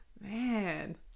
man